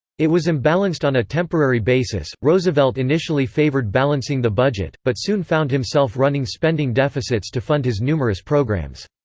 it was imbalanced on a temporary basis roosevelt initially favored balancing the budget, but soon found himself running spending deficits to fund his numerous programs.